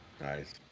Nice